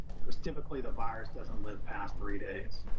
because typically the virus doesn't live past three days.